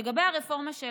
לגבי הרפורמה של